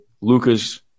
Luca's